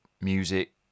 music